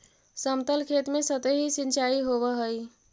समतल खेत में सतही सिंचाई होवऽ हइ